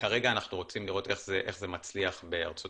כרגע אנחנו רוצים לראות איך זה מצליח בארצות